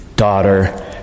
daughter